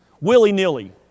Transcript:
willy-nilly